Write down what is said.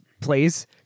plays